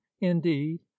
Indeed